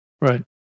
Right